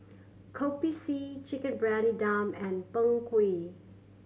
Kopi C Chicken Briyani Dum and Png Kueh